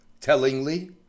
Tellingly